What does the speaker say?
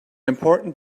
important